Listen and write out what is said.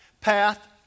path